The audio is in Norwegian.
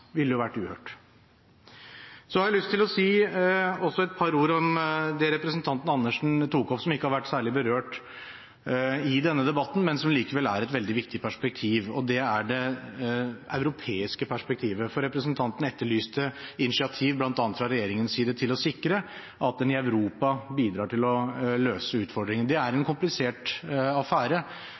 ville vært uhørt. Jeg har også lyst til å si et par ord om det representanten Karin Andersen tok opp, som ikke har vært særlig berørt i denne debatten, men som likevel er et veldig viktig perspektiv. Det er det europeiske perspektivet. Representanten etterlyste initiativ bl.a. fra regjeringens side for å sikre at en i Europa bidrar til å løse utfordringen. Det er en komplisert affære,